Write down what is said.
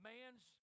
Man's